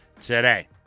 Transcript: today